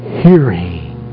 hearing